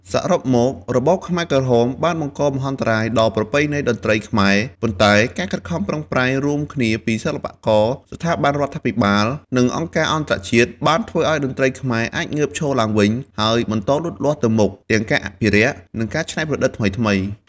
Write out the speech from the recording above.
សរុបមក របបខ្មែរក្រហមបានបង្កមហន្តរាយដល់ប្រពៃណីតន្ត្រីខ្មែរ ប៉ុន្តែការខិតខំប្រឹងប្រែងរួមគ្នាពីសិល្បករ ស្ថាប័នរដ្ឋាភិបាល និងអង្គការអន្តរជាតិ បានធ្វើឱ្យតន្ត្រីខ្មែរអាចងើបឈរឡើងវិញ ហើយបន្តលូតលាស់ទៅមុខ ទាំងការអភិរក្ស និងការច្នៃប្រឌិតថ្មីៗ។